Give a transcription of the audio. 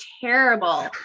terrible